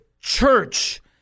church